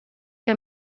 que